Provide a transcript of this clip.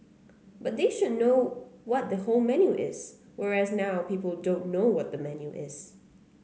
but they should know what the whole menu is whereas now people don't know what the menu is